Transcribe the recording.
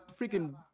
freaking